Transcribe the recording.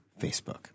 Facebook